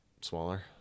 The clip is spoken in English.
Smaller